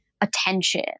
attention